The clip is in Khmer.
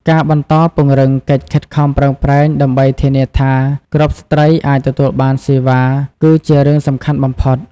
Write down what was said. ការបន្តពង្រឹងកិច្ចខិតខំប្រឹងប្រែងដើម្បីធានាថាគ្រប់ស្ត្រីអាចទទួលបានសេវា គឺជារឿងសំខាន់បំផុត។